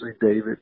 David